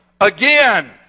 again